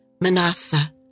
Manasseh